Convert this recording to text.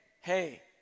hey